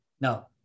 Now